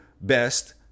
best